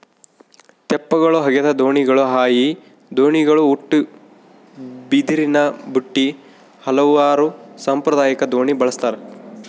ತೆಪ್ಪಗಳು ಹಗೆದ ದೋಣಿಗಳು ಹಾಯಿ ದೋಣಿಗಳು ಉಟ್ಟುಬಿದಿರಿನಬುಟ್ಟಿ ಹಲವಾರು ಸಾಂಪ್ರದಾಯಿಕ ದೋಣಿ ಬಳಸ್ತಾರ